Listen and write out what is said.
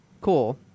cool